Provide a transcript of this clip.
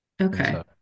okay